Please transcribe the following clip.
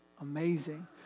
amazing